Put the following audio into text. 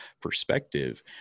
perspective